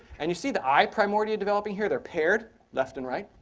and you see the eye primordia developing here? they're paired, left and right.